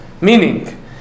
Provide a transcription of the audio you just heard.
meaning